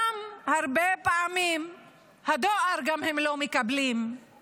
הרבה פעמים הם גם לא מקבלים את הדואר.